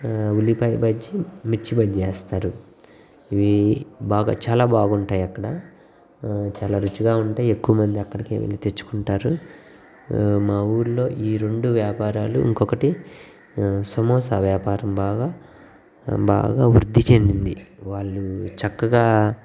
ఉల్లిపాయ బజ్జి మిర్చి బజ్జి వేస్తారు ఇవి బాగా చాలా బాగుంటాయక్కడ చాలా రుచిగా ఉంటాయి ఎక్కువ మంది అక్కడకె వెళ్లి తెచ్చుకుంటారు మా ఊర్లో ఈ రెండు వ్యాపారాలు ఇంకొకటి సమోసా వ్యాపారం బాగా బాగా వృద్ధి చెందింది వాళ్ళు చక్కగా